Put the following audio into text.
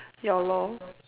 ya lor